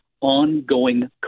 ongoing